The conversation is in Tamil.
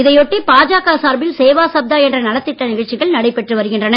இதை ஒட்டி பாஜக சார்பில் சேவா சப்தா என்ற நலத்திட்ட நிகழ்ச்சிகள் நடைபெற்று வருகின்றன